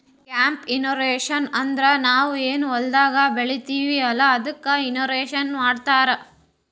crop insurance ಅಂದುರ್ ನಾವ್ ಏನ್ ಹೊಲ್ದಾಗ್ ಬೆಳಿತೀವಿ ಅಲ್ಲಾ ಅದ್ದುಕ್ ಇನ್ಸೂರೆನ್ಸ್ ಮಾಡ್ತಾರ್